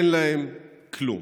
אין להם כלום.